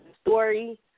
story